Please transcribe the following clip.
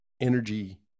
Energy